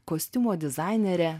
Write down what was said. kostiumo dizainere